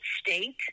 state